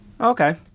Okay